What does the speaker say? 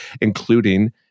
including